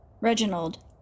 Reginald